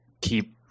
keep